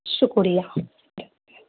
شکریہ